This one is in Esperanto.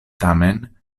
tamen